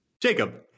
Jacob